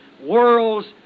world's